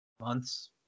months